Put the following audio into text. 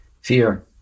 fear